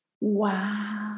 Wow